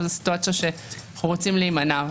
וזו סיטואציה שאנחנו רוצים להימנע ממנה,